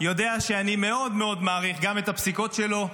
יודע שאני מאוד מאוד מעריך גם את הפסיקות שלו,